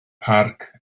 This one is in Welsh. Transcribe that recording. parc